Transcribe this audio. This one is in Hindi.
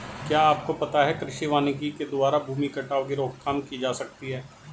क्या आपको पता है कृषि वानिकी के द्वारा भूमि कटाव की रोकथाम की जा सकती है?